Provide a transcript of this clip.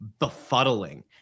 befuddling